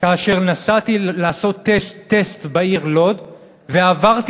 כאשר נסעתי לעשות טסט בעיר לוד ועברתי